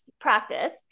practice